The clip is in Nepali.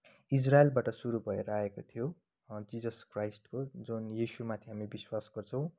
इजरायलबाट सुरु भएर आएको थियो जिजस क्राइस्टको जुन यिसुमाथि हामी विश्वास गर्छौँ